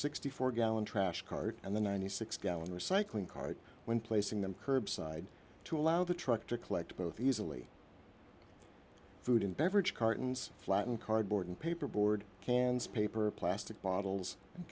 sixty four gallon trash cart and the ninety six gallon recycling card when placing them curbside to allow the truck to collect both easily food and beverage cartons flatten cardboard and paper board clones paper plastic bottles